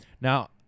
Now